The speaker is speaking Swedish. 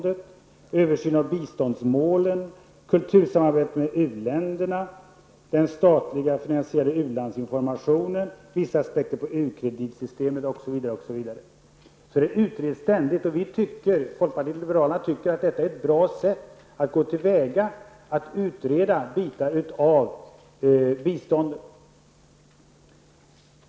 Det har gjorts en översyn av biståndsmålen, kultursamarbetet med uländerna, den statligt finansierade u-landsinformationen, vissa aspekter på u-kreditsystemet, m.m. Så det utreds ständigt, och folkpartiet liberalerna tycker att det är ett bra sätt att gå till väga, att utreda bitar av biståndet.